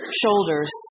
shoulders